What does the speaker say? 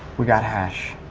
we got hash.